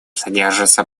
содержится